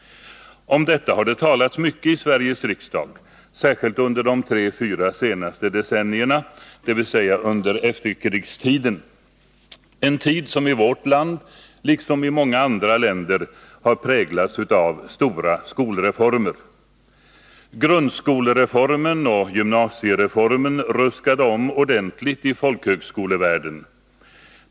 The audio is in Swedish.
Om detta har det talats mycket i Sveriges riksdag, särskilt under de tre fyra senaste decennierna, dvs. under efterkrigstiden, en tid som i vårt land liksom i många andra länder har präglats av stora skolreformer. Grundskolereformen och gymnasiereformen ruskade om ordentligt i folkhögskolevärlden.